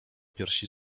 piersi